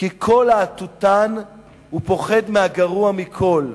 כי כל להטוטן פוחד מהגרוע מכול,